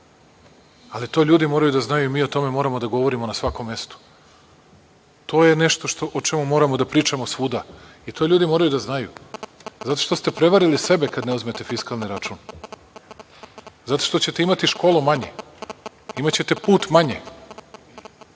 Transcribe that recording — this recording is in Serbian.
Ali to ljudi moraju da znaju i mi o tome moramo da znamo na svakom mestu. To je nešto o čemu moramo da pričamo svuda i to ljudi moraju da znaju, zato što ste prevarili sebe kada ne uzmete fiskalni račun, zato što ćete imati školu manje, imaćete put manje,